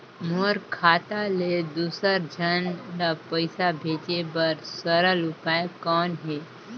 मोर खाता ले दुसर झन ल पईसा भेजे बर सरल उपाय कौन हे?